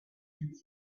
and